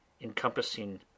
encompassing